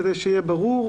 כדי שיהיה ברור,